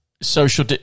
Social